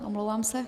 Omlouvám se.